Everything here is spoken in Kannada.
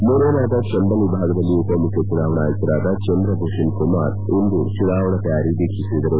ಮುರೇನಾದ ಚಂಬಲ್ ವಿಭಾಗದಲ್ಲಿ ಉಪ ಮುಖ್ತ ಚುನಾವಣಾ ಆಯುಕರಾದ ಚಂದ್ರಭೂಷಣ್ ಕುಮಾರ್ ಇಂದು ಚುನಾವಣಾ ತಯಾರಿ ವೀಕ್ಸಿಸಿದರು